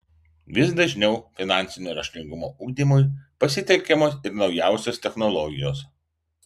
vis dažniau finansinio raštingumo ugdymui pasitelkiamos ir naujausios technologijos